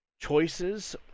Choices